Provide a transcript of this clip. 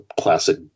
classic